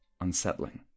unsettling